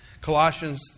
Colossians